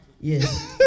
Yes